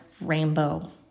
rainbow